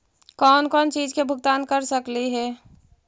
कौन कौन चिज के भुगतान कर सकली हे?